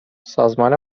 سازمان